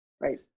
right